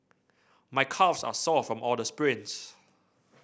my calves are sore from all the sprints